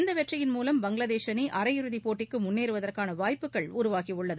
இந்த வெற்றியின் மூவம் பங்களாதேஷ் அணி அரையிறுதிப் போட்டிக்கு முன்னேறுவதற்கான வாய்ப்புகள் உருவாகியுள்ளது